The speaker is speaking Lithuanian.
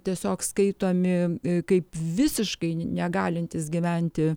tiesiog skaitomi kaip visiškai negalintys gyventi